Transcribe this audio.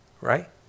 Right